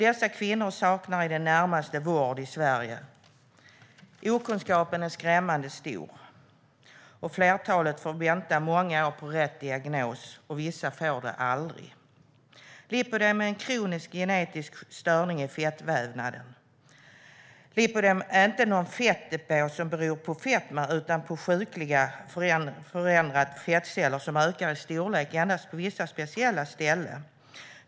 Dessa kvinnor saknar i det närmaste vård i Sverige. Okunskapen är skrämmande stor. Flertalet får vänta många år på rätt diagnos, och vissa får den aldrig. Lipödem är en kronisk genetisk störning i fettvävnaden. Lipödem är inte någon fettdepå som beror på fetma utan på sjukligt förändrade fettceller som ökar storlek endast på vissa speciella ställen.